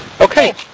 Okay